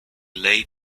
lay